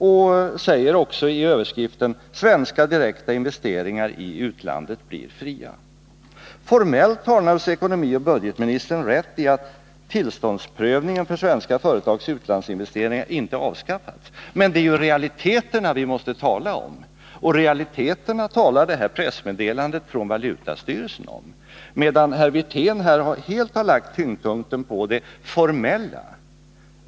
Det sägs också i överskriften: ”Svenska direkta investeringar i utlandet blir fria.” Formellt har naturligtvis ekonomioch budgetministern rätt i att tillståndsprövningen för svenska företags utlandsinvesteringar inte avskaffats. Men det är ju realiteterna vi måste tala om, och realiteterna talar detta pressmeddelande från valutastyrelsen om, medan herr Wirtén här helt lagt tyngdpunkten på det formella.